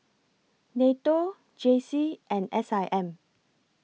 NATO J C and S I M